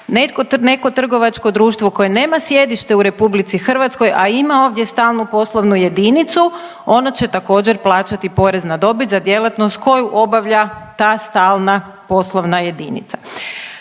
neko trgovačko društvo koje nema sjedište u RH, a ima ovdje stalnu poslovnu jedinicu, ono će također, plaćati porez na dobit za djelatnost koju obavlja ta stalna poslovna jedinica.